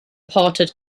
ported